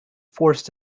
forced